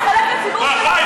שירות צבאי,